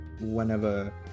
whenever